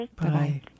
Bye